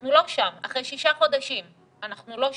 אנחנו לא שם, אחרי שישה חודשים אנחנו לא שם.